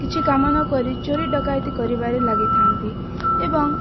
କିଛି କାମ ନ କରି ଚୋରି ଡ଼କାୟତି କରିବାରେ ଲାଗିଥାନ୍ତି ଏବଂ